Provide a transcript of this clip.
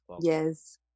yes